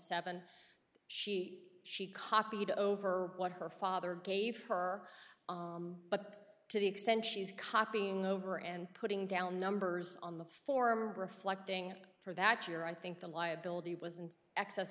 seven she she copied over what her father gave her but to the extent she's copying over and putting down numbers on the form reflecting for that year i think the liability was in excess